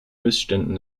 missständen